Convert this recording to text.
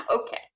okay